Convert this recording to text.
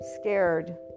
scared